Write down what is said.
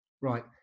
right